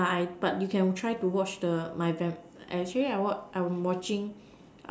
ya I but you can try to watch the my vamp actually I watch I'm watching